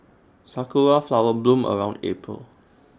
Sakura Flowers bloom around April